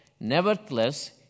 Nevertheless